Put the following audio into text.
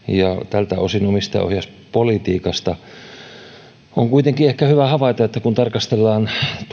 tältä osin omistajaohjauspolitiikasta on kuitenkin ehkä hyvä havaita että kun tarkastellaan